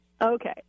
Okay